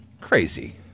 Crazy